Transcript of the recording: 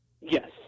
Yes